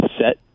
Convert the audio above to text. set